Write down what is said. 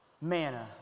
manna